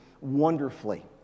wonderfully